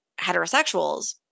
heterosexuals